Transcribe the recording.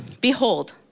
Behold